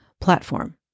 platform